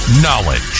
Knowledge